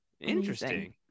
Interesting